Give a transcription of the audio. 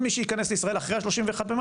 מי שייכנס לישראל אחרי 31.5,